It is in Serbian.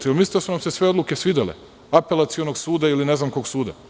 Da li mislite da su nam se sve odluke svidele, Apelacionog ili ne znam kog suda?